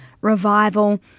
revival